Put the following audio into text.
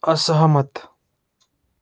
असहमत